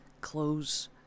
Close